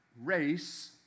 race